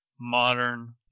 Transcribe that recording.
modern